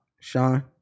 Sean